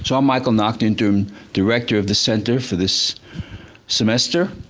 so i'm michael nacht interim director of the center for this semester.